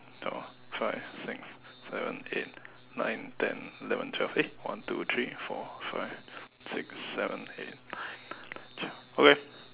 four five six seven eight nine ten eleven twelve eh one two three four five six seven eight nine ten eleven twelve okay